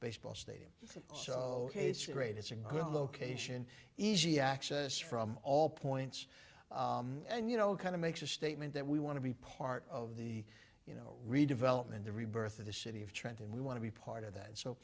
baseball stadium it's so great it's a good location easy access from all points and you know kind of makes a statement that we want to be part of the you know redevelopment the rebirth of the city of trenton we want to be part of that so